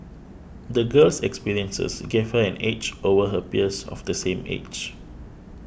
the girl's experiences gave her an edge over her peers of the same age